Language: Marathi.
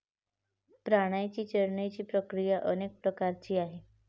प्राण्यांची चरण्याची प्रक्रिया अनेक प्रकारची आहे